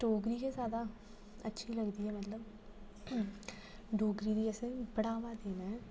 डोगरी गै जादा अच्छी लगदी ऐ मतलब डोगरी दी असें गी बढ़ावा देना ऐ